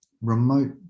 remote